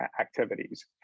activities